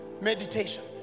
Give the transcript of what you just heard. Meditation